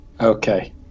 Okay